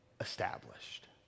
established